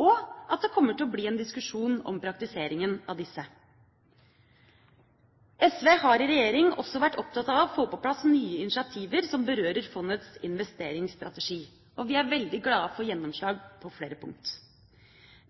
og at det kommer til å bli en diskusjon om praktiseringa av disse. SV har i regjering også vært opptatt av å få på plass nye initiativer som berører fondets investeringsstrategi, og vi er veldig glade for gjennomslag på flere punkt.